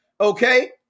Okay